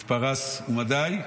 את פרס ומדי,